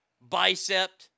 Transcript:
bicep